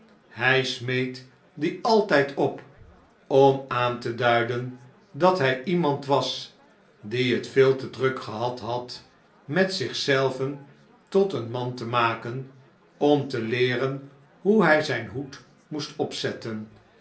hij smeet dien altijd op om aan te duiden dat hij iemand was die het veel te druk gehad had met zich zelven tot een man te maken om te leeren hoe hij zijn hoed moest opzetten